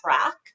track